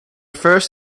first